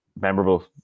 memorable